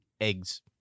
Eggs